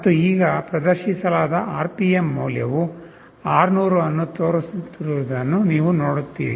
ಮತ್ತು ಈಗ ಪ್ರದರ್ಶಿಸಲಾದ RPM ಮೌಲ್ಯವು 600 ಅನ್ನು ತೋರಿಸುತ್ತಿರುವುದನ್ನು ನೀವು ನೋಡುತ್ತೀರಿ